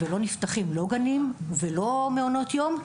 לא נפתחים עוד גנים ולא עוד מעונות יום,